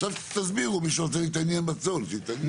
עכשיו, תסבירו, מי שרוצה להתעניין בצול, שיתעניין.